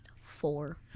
Four